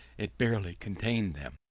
it barely contained them.